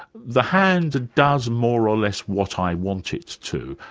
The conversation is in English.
the hand does more or less what i want it to.